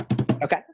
Okay